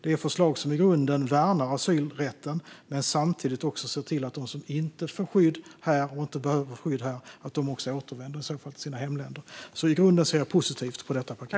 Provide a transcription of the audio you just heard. Det är förslag som i grunden värnar asylrätten men samtidigt ser till att de som inte behöver skydd återvänder till sina hemländer. I grunden ser jag positivt på detta.